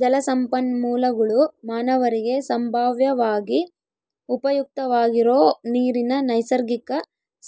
ಜಲಸಂಪನ್ಮೂಲಗುಳು ಮಾನವರಿಗೆ ಸಂಭಾವ್ಯವಾಗಿ ಉಪಯುಕ್ತವಾಗಿರೋ ನೀರಿನ ನೈಸರ್ಗಿಕ